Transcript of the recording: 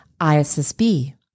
ISSB